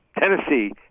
Tennessee